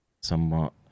somewhat